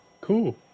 Cool